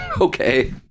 Okay